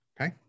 okay